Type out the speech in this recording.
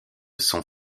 sont